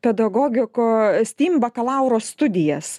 pedagogiko stim bakalauro studijas